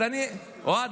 אוהד,